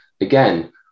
Again